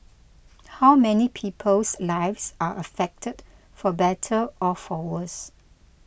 how many people's lives are affected for better or for worse